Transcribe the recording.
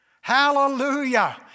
Hallelujah